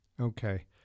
okay